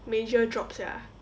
major drop sia